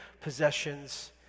possessions